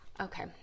Okay